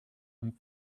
and